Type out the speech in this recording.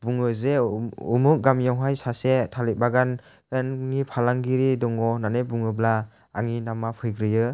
बुङो जे उमुख गामियावहाय सासे थालिर बागाननि फालांगिरि दङ होननानै बुङोब्ला आंनि नामा फैग्रोयो